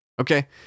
Okay